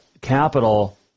Capital